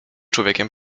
człowiekiem